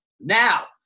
Now